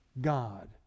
God